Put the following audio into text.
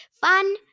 Fun